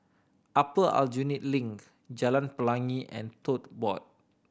Upper Aljunied Link Jalan Pelangi and Tote Board